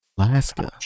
Alaska